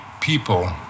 people